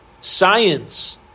science